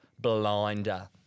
blinder